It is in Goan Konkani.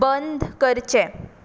बंद करचें